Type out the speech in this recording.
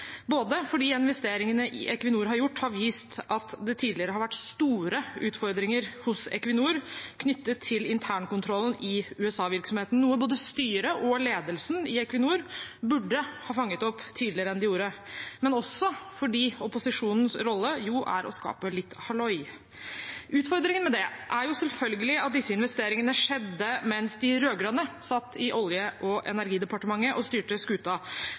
fordi investeringene Equinor har gjort, har vist at det tidligere har vært store utfordringer hos Equinor knyttet til internkontrollen i USA-virksomheten, noe både styret og ledelsen i Equinor burde ha fanget opp tidligere enn de gjorde. Men det er også fordi opposisjonens rolle jo er å skape litt halloi. Utfordringen med det er selvfølgelig at disse investeringene skjedde mens de rød-grønne satt i Olje- og energidepartementet og styrte